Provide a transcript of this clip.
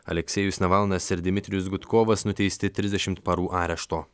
aleksejus navalnas ir dmitrijus gudkovas nuteisti trisdešimt parų arešto